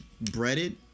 breaded